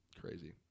Crazy